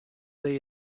they